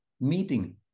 meeting